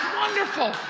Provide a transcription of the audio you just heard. wonderful